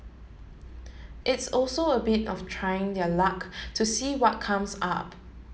it's also a bit of trying their luck to see what comes up